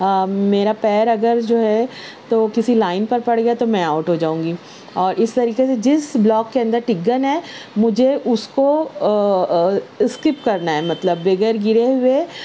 میرا پیر اگر جو ہے تو کسی لائن پر پڑ گیا تو میں آؤٹ ہو جاؤں گی اور اس طریقے سے جس بلاک کے اندر ٹگن ہے مجھے اس کو اسکپ کرنا ہے مطلب بغیر گرے ہوئے